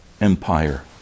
empire